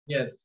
Yes